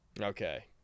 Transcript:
Okay